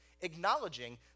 Acknowledging